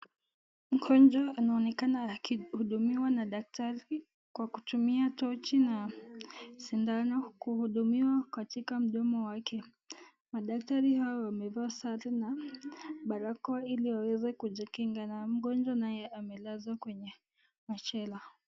Mgonjwa anaonekana akihudumiwa na daktari kwa kutumia tochi na sindano kuhudumiwa katika mdomo wake. Madaktari hao wamevaa sare na barakoa ili waweze kujikinga na mgonjwa naye amelazwa kwenye machela.